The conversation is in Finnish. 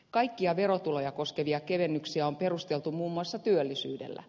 kaikkia verotuloja koskevia kevennyksiä on perusteltu muun muassa työllisyydellä